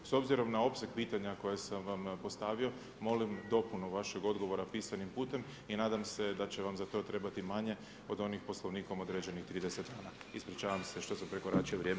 S obzirom na opseg pitanja koje sam vam postavio molim dopunu vašeg odgovora pisanim putem i nadam se da će vam za to trebati manje od onih Poslovnikom određenih … Ispričavam se što sam prekoračio vrijeme.